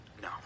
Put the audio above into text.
No